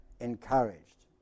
Encouraged